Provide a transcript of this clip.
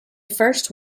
first